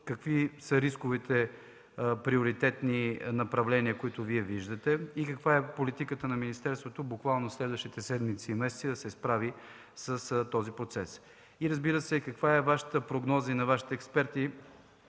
какви са рисковете и приоритетните направления, които Вие виждате и каква е политиката на министерството буквално в следващите седмици и месеци да се справи с този процес? И, разбира се, каква е Вашата прогноза и тази на Вашите експерти,